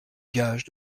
gage